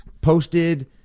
posted